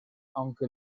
aunque